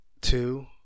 two